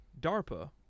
DARPA